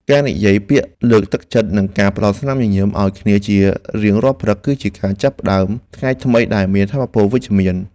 ការនិយាយពាក្យលើកទឹកចិត្តនិងការផ្ដល់ស្នាមញញឹមឱ្យគ្នាជារៀងរាល់ព្រឹក គឺជាការចាប់ផ្ដើមថ្ងៃថ្មីដែលមានថាមពលវិជ្ជមាន។